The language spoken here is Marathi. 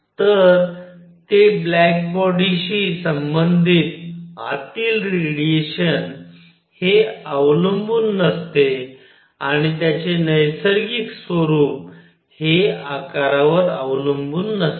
तर ते ब्लॅक बॉडी शी संबधित आतील रेडिएशन हे अवलंबून नसते आणि त्याचे नैसर्गिक स्वरूप हे आकारावर अवलंबून नसते